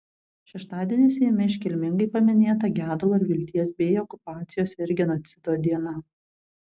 šeštadienį seime iškilmingai paminėta gedulo ir vilties bei okupacijos ir genocido diena